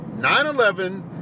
9-11